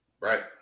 Right